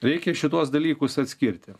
reikia šituos dalykus atskirti